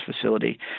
facility